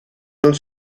non